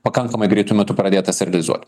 pakankamai greitu metu pradėtas realizuot